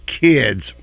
kids